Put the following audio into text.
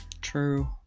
True